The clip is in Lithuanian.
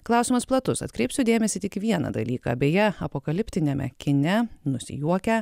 klausimas platus atkreipsiu dėmesį tik į vieną dalyką beje apokaliptiniame kine nusijuokia